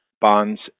bonds